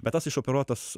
bet tas išoperuotas